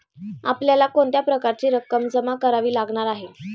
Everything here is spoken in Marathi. आपल्याला कोणत्या प्रकारची रक्कम जमा करावी लागणार आहे?